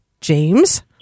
James